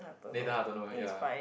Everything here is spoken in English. Nathan-Hartono ya